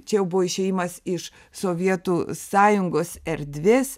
čia jau buvo išėjimas iš sovietų sąjungos erdvės